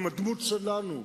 עם הדמות שלנו,